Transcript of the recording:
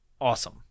Awesome